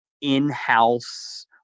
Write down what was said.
in-house